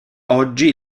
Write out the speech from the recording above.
oggi